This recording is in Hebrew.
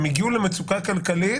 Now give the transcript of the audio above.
הם הגיעו למצוקה כלכלית,